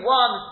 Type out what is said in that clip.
one